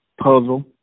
puzzle